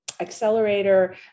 accelerator